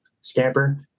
scamper